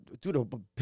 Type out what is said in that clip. dude